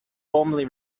formally